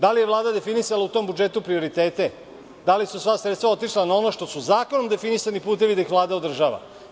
Da li je Vlada definisala u tom budžetu prioritete, da li su sva sredstva otišla na ono što su zakonom definisani putevi, da ih Vlada održava?